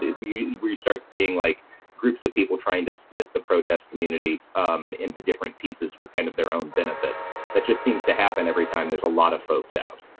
we we start seeing like groups of people trying to split the protest community um into different pieces for kind of their own benefit that just seems to happen every time there's a lot of folks out